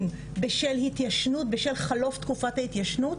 בשל התיישנות בשל חלוף תקופת ההתיישנות,